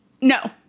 No